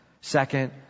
Second